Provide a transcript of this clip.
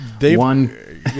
One